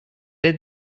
did